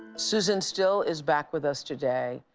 susan still is back with us today.